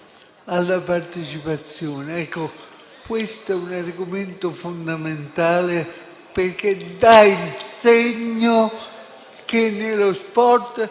alla partecipazione. Questo è un argomento fondamentale, perché dà il segno che nello sport